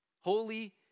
holy